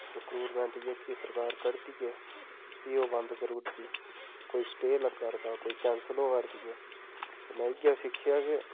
recruitment जेह्की सरकार कड्डदी ऐ फ्ही ओह् बन्द करी उड़दी कोई स्टे लग्गा'रदा कोई कैंसल होऐ'रदियां ते में इ'यै सिक्खेआ कि